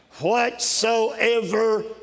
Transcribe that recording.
Whatsoever